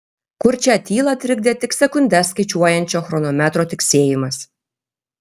kurčią tylą trikdė tik sekundes skaičiuojančio chronometro tiksėjimas